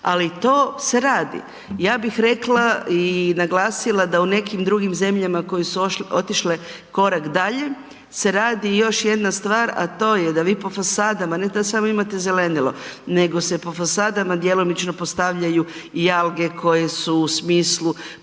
ali to se radi. Ja bih rekla i naglasila da u nekim drugim zemljama koje su otišle korak dalje se radi još jedna stvar, a to je da vi po fasadama, ne da samo imate zelenilo, nego se po fasadama djelomično postavljaju i alge koje su u smislu